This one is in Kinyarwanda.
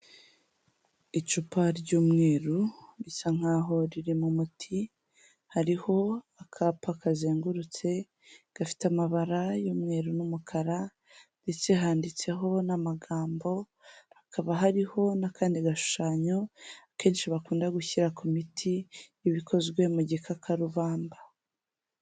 Icupa ry'umweru bisa nk'aho riri mu muti, hariho akapa kazengurutse gafite amabara y'umweru n'umukara ndetse handitseho n'amagambo; hakaba hariho n'akandi gashushanyo akenenshi bakunda gushyira ku miti iba ikozwe mu gikakaruvada.